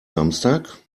samstag